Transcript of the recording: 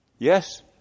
Yes